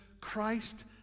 Christ